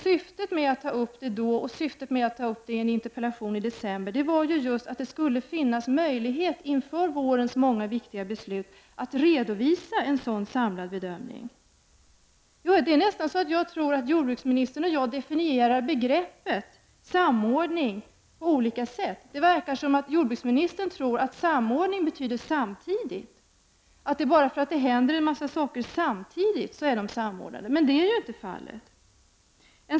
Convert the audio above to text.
Syftet med att ta upp det då och i en interpellation i december var just att det skulle finnas möjlighet inför vårens många viktiga beslut att redovisa en sådan samlad bedömning. Det verkar nästan som om jordbruksministern och jag definierar begreppet ”samordning” på olika sätt. Det verkar som om jordbruksministern tror att samordning betyder samtidigt, att bara för att en massa saker händer samtidigt är de samordnade. Men så är det inte.